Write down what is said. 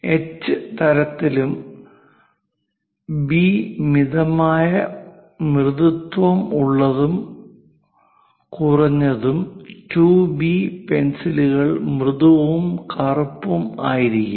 H തരത്തിനു B മിതമായ മൃദുത്വം ഉള്ളതും കറുത്തതും 2 ബി പെൻസിലുകൾ മൃദുവും കറുപ്പും ആയിരിക്കും